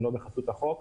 אם לא בחסות החוק,